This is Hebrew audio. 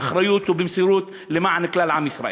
באחריות ובמסירות למען כלל עם ישראל.